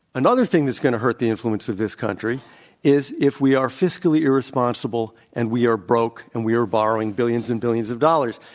another thing that's going to hurt the influence of this country is if we are fiscally irresponsible, and we are broke, and we are borrowing billions and billions of dollars.